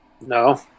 No